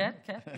כן, כן.